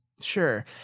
Sure